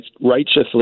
righteously